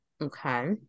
okay